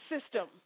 system